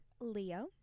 Leo